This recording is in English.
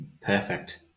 Perfect